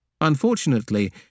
Unfortunately